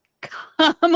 come